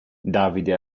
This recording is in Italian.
davide